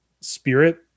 spirit